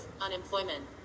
unemployment